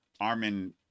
Armin